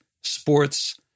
sports